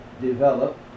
develop